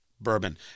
bourbon